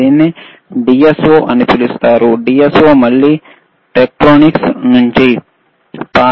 దీనిని DSO అని కూడా పిలుస్తారు DSO మళ్ళీ టెక్ట్రోనిక్స్ది